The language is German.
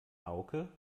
hauke